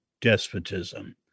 despotism